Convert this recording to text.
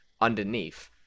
underneath